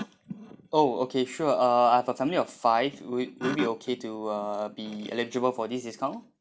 oh okay sure uh I have a family of five would would it be okay to uh be eligible for this discount